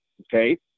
okay